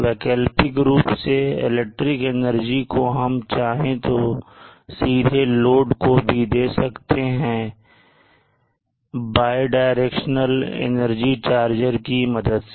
वैकल्पिक रूप से इलेक्ट्रिक एनर्जी को हम चाहे तो सीधे लोड को भी दे सकते हैं बाय डायरेक्शनल एनर्जी चार्जर की मदद से